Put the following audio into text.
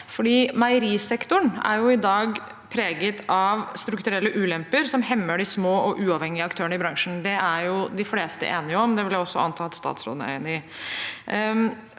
Meierisektoren er i dag preget av strukturelle ulemper som hemmer de små og uavhengige aktørene i bransjen. Det er de fleste enige om. Det vil jeg anta at også statsråden er enig i.